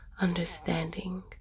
understanding